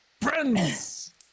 friends